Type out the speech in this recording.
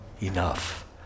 enough